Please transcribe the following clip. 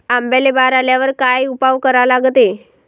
आंब्याले बार आल्यावर काय उपाव करा लागते?